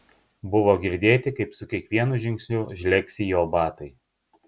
buvo girdėti kaip su kiekvienu žingsniu žlegsi jo batai